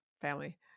family